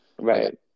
right